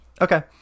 Okay